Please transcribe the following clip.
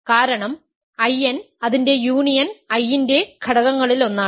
കാരണം I n അതിന്റെ union I ന്റെ ഘടകങ്ങളിലൊന്നാണ്